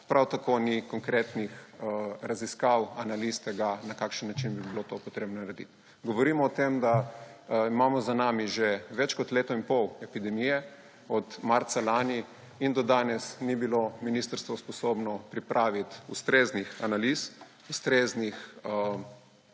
prav tako ni konkretnih raziskav, analiz tega, na kakšen način bi bilo to potrebno narediti. Govorimo o tem, da imamo za sabo že več kot leto in pol epidemije, od marca lani in do danes ni bilo ministrstvo sposobno pripraviti ustreznih analiz, ustreznih